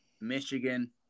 Michigan